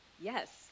yes